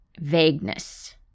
Vagueness